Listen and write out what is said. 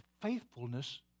faithfulness